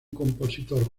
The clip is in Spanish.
compositor